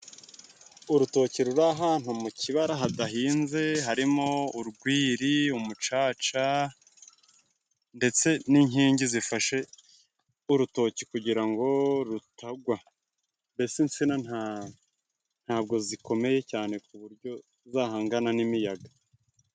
Urutoki ruri ahantu mu kibara hadahinze harimo:urwiri, umucaca ndetse n'inkingi zifashe urutoki kugira ngo rutagwa mbese insina ntabwo zikomeye cyane ku buryo zahangana n'imiyaga.